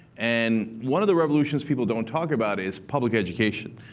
and one of the revolutions people don't talk about is public education.